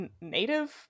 native